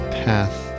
path